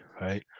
Right